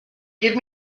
give